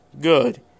good